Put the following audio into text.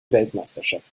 weltmeisterschaften